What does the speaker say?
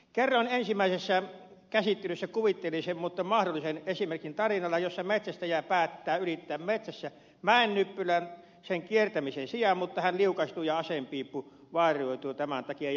kerroin ensimmäisessä käsittelyssä kuvitteellisen mutta mahdollisen esimerkin tarinalla jossa metsästäjä päättää ylittää metsässä mäennyppylän sen kiertämisen sijaan mutta liukastuu ja aseen piippu vaurioituu tämän takia